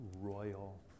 royal